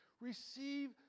Receive